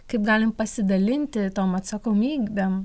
kaip galim pasidalinti tom atsakomybėm